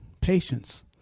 patience